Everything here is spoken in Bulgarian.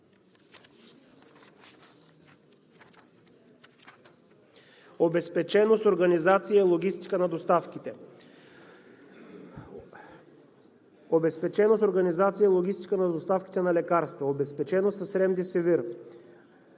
Обезпеченост, организация и логистика на доставките. Обезпеченост, организация и логистика на доставките на лекарства. Обезпеченост с ремдесивир.